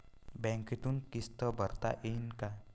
बँकेतून किस्त भरता येईन का?